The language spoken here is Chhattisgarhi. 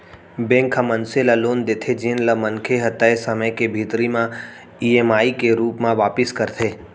बेंक ह मनसे ल लोन देथे जेन ल मनखे ह तय समे के भीतरी म ईएमआई के रूप म वापिस करथे